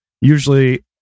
Usually